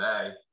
today